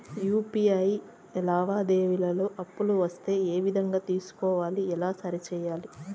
UPI లావాదేవీలలో తప్పులు వస్తే ఏ విధంగా తెలుసుకోవాలి? ఎలా సరిసేయాలి?